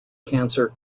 cancer